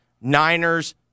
Niners